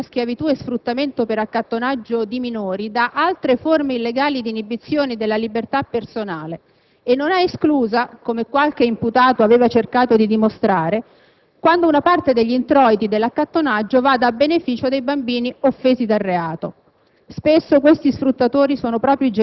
distingue il reato di riduzione a schiavitù e sfruttamento per accattonaggio di minori da altre forme illegali di inibizione della libertà personale; e non è esclusa, come qualche imputato aveva cercato di dimostrare, quando una parte degli introiti dell'accattonaggio vada a beneficio dei bambini offesi dal reato.